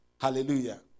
Hallelujah